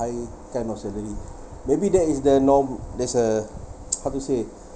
high kind of salary maybe that is the norm~ that's uh how to say